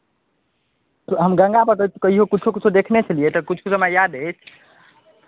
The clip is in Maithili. तऽ हम गंगा पार कहियो किछो किछो देखने छलियै तऽ किछु किछु हमरा याद अछि